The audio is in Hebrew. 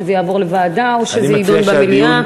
שזה יעבור לוועדה או שזה יידון במליאה?